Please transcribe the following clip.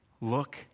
look